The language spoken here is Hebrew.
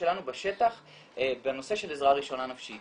שלנו בשטח בנושא של עזרה ראשונה נפשית